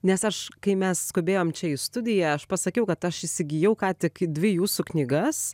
nes aš kai mes skubėjom čia į studiją aš pasakiau kad aš įsigijau ką tik dvi jūsų knygas